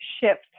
shift